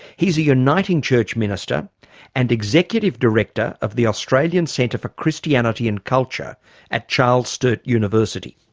he's a uniting church minister and executive director of the australian centre for christianity and culture at charles sturt university.